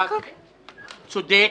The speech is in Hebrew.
מאבק צודק,